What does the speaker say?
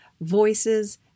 voices